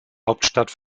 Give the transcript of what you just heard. hauptstadt